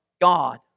God